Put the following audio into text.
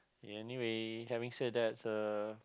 anyway having said that uh